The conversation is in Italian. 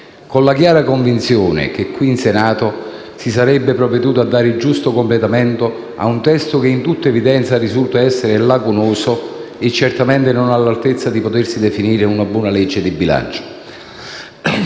con la chiara convinzione che qui in Senato si sarebbe provveduto a dare il giusto completamento a un testo che, in tutta evidenza, risulta essere lacunoso e certamente non all'altezza di potersi definire una buona legge di bilancio.